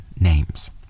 names